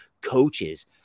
Coaches